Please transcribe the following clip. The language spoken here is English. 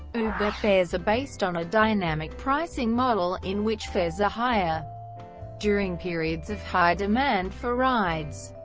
but fares are based on a dynamic pricing model, in which fares are higher during periods of high demand for rides.